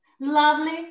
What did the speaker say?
lovely